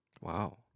Wow